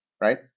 Right